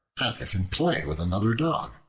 as if in play with another dog.